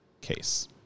case